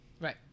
Right